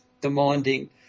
demanding